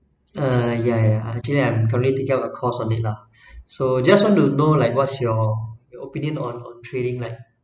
uh yeah yeah actually I'm currently taking a course on it lah so just want to know like what's your your opinion on on trading like